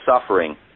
suffering